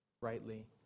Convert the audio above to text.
rightly